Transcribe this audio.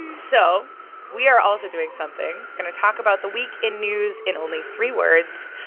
so we are also doing something going to talk about the week in news in only three words.